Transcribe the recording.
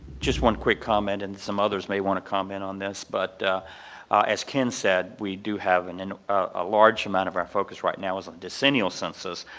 just one quick comment and others may want to comment on this, but as ken said, we do have and and a large amount of our focus right now is on decennial census,